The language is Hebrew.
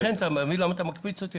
לכן אתה מבין למה אתה מקפיץ אותי?